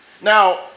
Now